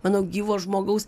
manau gyvo žmogaus